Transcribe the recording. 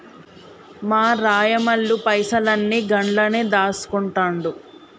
మా రాయమల్లు పైసలన్ని గండ్లనే దాస్కుంటండు